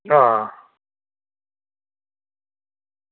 हां